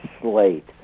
slate